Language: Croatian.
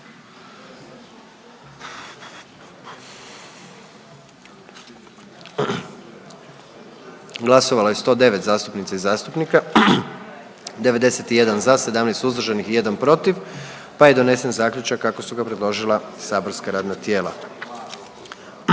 Glasovalo je 109 zastupnica i zastupnika, 106 za, 3 suzdržana i donesen zaključak kako ga je predložilo matično saborsko radno tijelo.